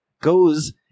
goes